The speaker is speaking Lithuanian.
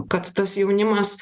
kad tas jaunimas